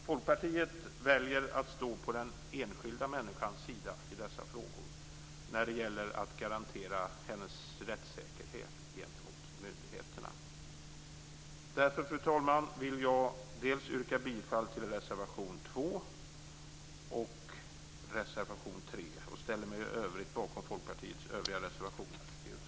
Folkpartiet väljer att stå på den enskilda människans sida i dessa frågor när det gäller att garantera hennes rättssäkerhet gentemot myndigheterna. Därför, fru talman, yrkar jag bifall till reservationerna 2 och 3. I övrigt står jag bakom Folkpartiets övriga reservationer i utskottet.